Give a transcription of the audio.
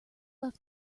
left